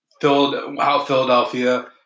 Philadelphia